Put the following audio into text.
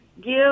give